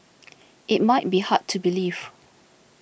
it might be hard to believe